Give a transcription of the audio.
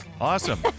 Awesome